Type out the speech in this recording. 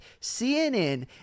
CNN